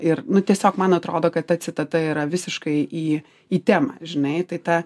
ir nu tiesiog man atrodo kad ta citata yra visiškai į į temą žinai tai ta